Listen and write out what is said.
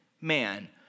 man